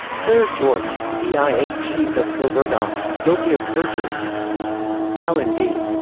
clair george, cia chief of covert ops, guilty of perjury alan d.